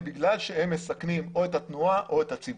בגלל שהם מסכנים או את התנועה או את הציבור.